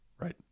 Right